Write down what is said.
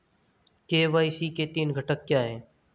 KYC के तीन घटक क्या हैं?